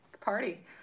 party